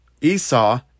Esau